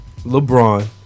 LeBron